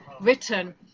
written